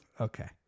Okay